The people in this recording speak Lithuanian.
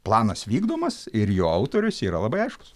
planas vykdomas ir jo autorius yra labai aiškus